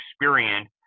experience